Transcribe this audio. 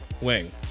wing